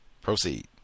proceed